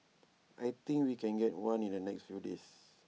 I think we can get one in the next few days